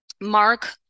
Mark